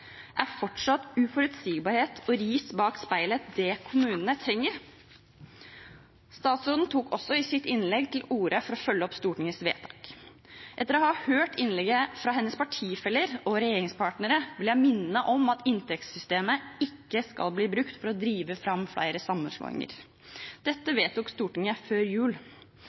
Er fortsatt uforutsigbarhet og ris bak speilet det kommunene trenger? I sitt innlegg tok statsråden også til orde for å følge opp Stortingets vedtak. Etter å ha hørt innlegg fra hennes partifeller og regjeringspartnere vil jeg minne om at inntektssystemet ikke skal bli brukt for å drive fram flere sammenslåinger. Dette vedtok Stortinget før jul.